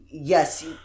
yes